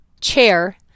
chair